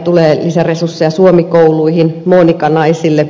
tulee lisäresursseja suomi kouluihin monika naisille